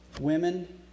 Women